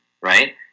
right